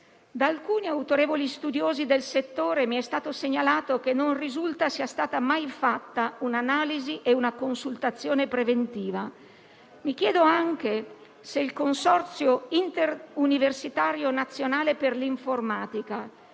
Da alcuni autorevoli studiosi del settore mi è stato segnalato che non risulta sia stata mai fatta un'analisi e una consultazione preventiva. Mi chiedo anche se il Consorzio interuniversitario nazionale per l'informatica,